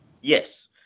Yes